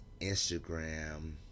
Instagram